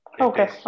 Okay